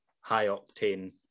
high-octane